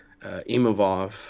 Imovov